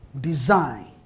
design